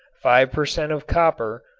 five per cent. of copper,